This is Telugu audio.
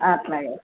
అలాగే